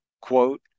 quote